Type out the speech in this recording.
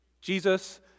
Jesus